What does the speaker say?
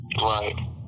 right